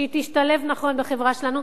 שתשתלב נכון בחברה שלנו,